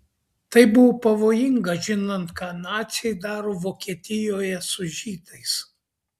tai buvo pavojinga žinant ką naciai daro vokietijoje su žydais